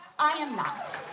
i am not.